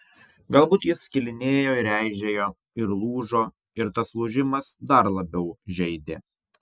galbūt jis skilinėjo ir eižėjo ir lūžo ir tas lūžimas dar labiau žeidė